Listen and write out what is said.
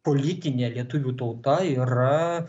politinė lietuvių tauta yra